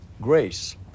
grace